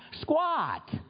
squat